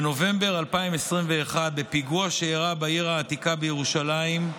בנובמבר 2021, בפיגוע שאירע בעיר העתיקה בירושלים,